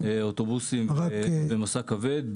אוטובוסים במשא כבד,